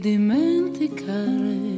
dimenticare